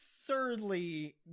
absurdly